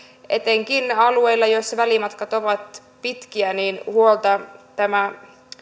etenkin alueilla joilla välimatkat ovat pitkiä huolta tämä